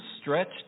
stretched